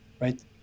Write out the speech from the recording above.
right